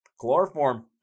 chloroform